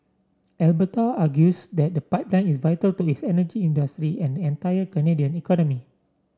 Alberta argues that the pipeline is vital to its energy industry and entire Canadian economy